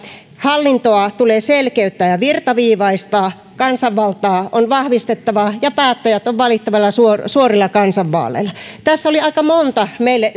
hallintoa tulee selkeyttää ja virtaviivaistaa kansanvaltaa on vahvistettava ja päättäjät on valittava suorilla suorilla kansanvaaleilla tässä oli aika monta meille